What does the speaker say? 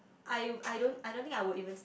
I I don't I don't think I would even start